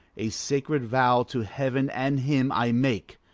a sacred vow to heaven and him i make,